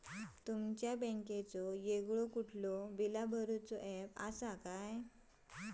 तुमच्या बँकेचो वेगळो कुठलो बिला भरूचो ऍप असा काय?